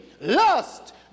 lust